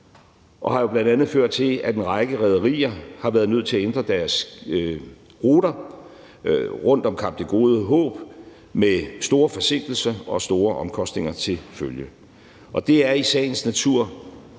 og har jo bl.a. ført til, at en række rederier har været nødt til at ændre deres ruter rundt om Kap Det Gode Håb med store forsinkelser og store omkostninger til følge. Det er i sagens natur